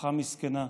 משפחה מסכנה.